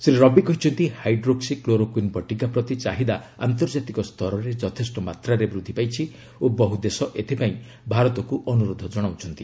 ଶ୍ରୀ ରବି କହିଛନ୍ତି hydroxychloroquine ବଟିକା ପ୍ରତି ଚାହିଦା ଆନ୍ତର୍ଜାତିକ ସ୍ତରରେ ଯଥେଷ୍ଟ ମାତ୍ରାରେ ବୃଦ୍ଧି ପାଇଛି ଓ ବହୁ ଦେଶ ଏଥିପାଇଁ ଭାରତକୁ ଅନ୍ତରୋଧ ଜଣାଇଛନ୍ତି